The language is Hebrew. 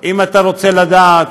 מה הם,